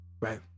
right